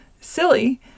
silly